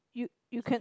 you you can